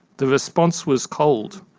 the response was cold,